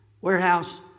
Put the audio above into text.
Warehouse